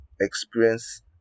experience